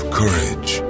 courage